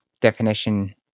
definition